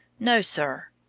no, sir.